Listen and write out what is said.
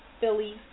Philly